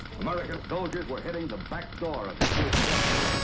american soldiers were hitting the back door of hitler's fortress.